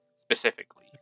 specifically